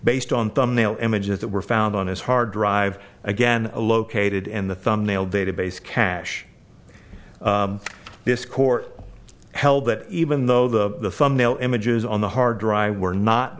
based on thumbnail images that were found on his hard drive again located in the thumbnail database cache this court held that even though the thumbnail images on the hard drive were not